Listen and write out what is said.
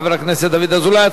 חבר הכנסת דוד אזולאי.